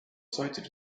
cited